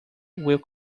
will